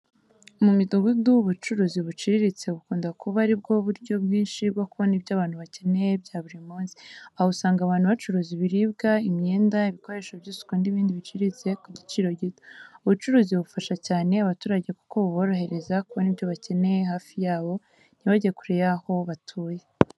Mu midugudu, ubucuruzi buciriritse bukunda kuba ari bwo buryo bwinshi bwo kubona ibyo abantu bakeneye bya buri munsi. Aha usanga abantu bacuruza ibiribwa, imyenda, ibikoresho by’isuku n’ibindi biciriritse ku giciro gito. Ubu bucuruzi bufasha cyane abaturage kuko buborohereza kubona ibyo bakeneye hafi yabo, ntibajye kure y’aho batuye.